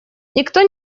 никто